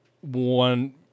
one